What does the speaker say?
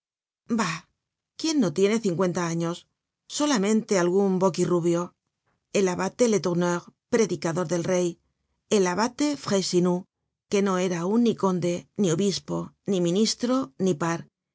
bah quién no tiene cincuenta años solamente algún boquirubio el abate letourneur predicador del rey el abate frayssinous que no era aun ni conde ni obispo ni ministro ni par